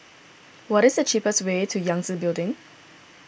what is the cheapest way to Yangtze Building